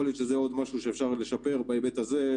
יכול להיות שזה עוד משהו שאפשר לשפר בהיבט הזה,